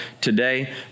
today